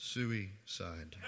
suicide